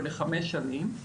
זה לחמש שנים,